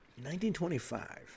1925